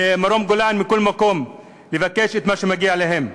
ממרום-גולן, מכל מקום, לבקש את מה שמגיע להם.